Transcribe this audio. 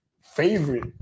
favorite